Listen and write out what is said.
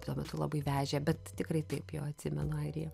tuo metu labai vežė bet tikrai taip jo atsimenu airiją